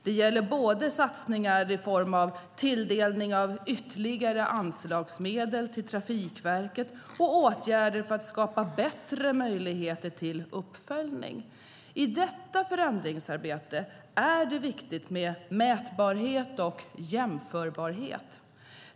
Det gäller både satsningar i form av tilldelning av ytterligare anslagsmedel till Trafikverket och åtgärder för att skapa bättre möjligheter till uppföljning. I detta förändringsarbete är det viktigt med mätbarhet och jämförbarhet.